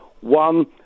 One